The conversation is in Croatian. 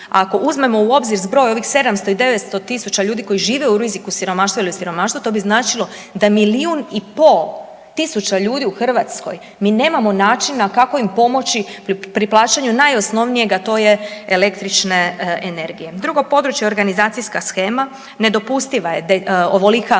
Ako uzmemo u obzir zbroj ovih 700 i 900 tisuća ljudi koji žive u riziku od siromaštva ili siromaštvu, to bi značilo da milijun i pol tisuća ljudi u Hrvatskoj, mi nemamo načina kako im pomoći pri plaćanju najosnovnijeg, a to je električne energije. Drugo područje organizacijska shema, nedopustiva je ovolika